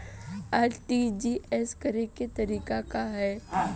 RTGS करे के तरीका का हैं?